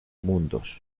mundos